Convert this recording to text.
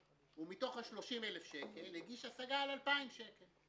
מתוך ה-30 אלף שקל הוא הגיש השגה על 2,000 שקל.